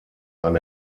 ein